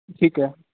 ਠੀਕ ਹੈ